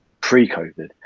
pre-COVID